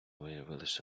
виявилися